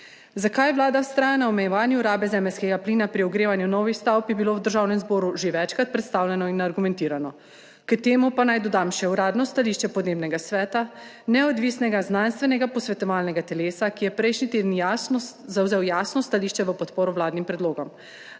Zakaj vlada vztraja na omejevanju rabe zemeljskega plina pri ogrevanju novih stavb, je bilo v Državnem zboru že večkrat predstavljeno in argumentirano, k temu pa naj dodam še uradno stališče Podnebnega sveta, neodvisnega znanstvenega posvetovalnega telesa, ki je prejšnji teden zavzel jasno stališče v podporo vladnim predlogom.